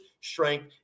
strength